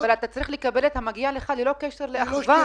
אתה צריך לקבל את המגיע לך ללא קשר לאחווה.